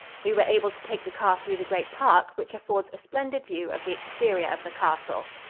we were able to take the car through the great park, which affords a splendid view of the exterior of the castle.